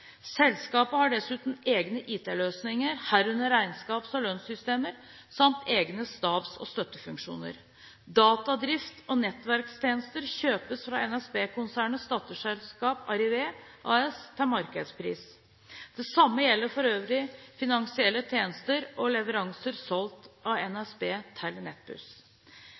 Selskapet har dessuten egne IT-løsninger, herunder regnskaps- og lønnssystemer samt egne stabs- og støttefunksjoner. Datadrift og nettverkstjenester kjøpes fra NSB-konsernets dataselskap Arrive AS til markedspris. Det samme gjelder for øvrige finansielle tjenester og leveranser solgt av NSB til